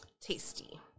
tasty